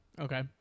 Okay